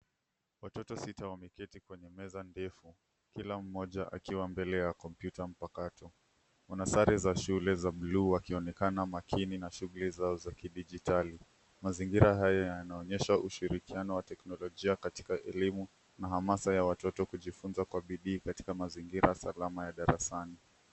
Watoto sita wameketi kwenye meza ndefu kila mmoja akiwa mbele ya kompyuta mpakato. Wana sare za shule za bluu wakionekana makini na shughuli zao za kidijitali. Mazingira hayo yanaonyesha ushirikiano wa teknolojia katika elimu na hamasa ya watoto kujifunza kwa bidii Katika mazingira salama ya darasani.